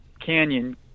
Canyon